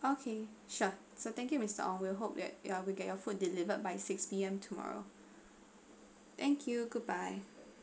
okay sure so thank you mister ong we hope that you err will get your food delivered by six P_M tomorrow thank you goodbye